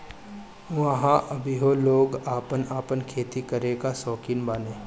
ऊहाँ अबहइयो लोग आपन आपन खेती करे कअ सौकीन बाने